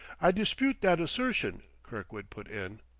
i dispute that assertion, kirkwood put in.